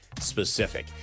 specific